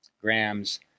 grams